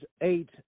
eight